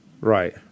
Right